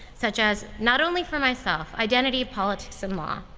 such as not only for myself. identity, politics and law.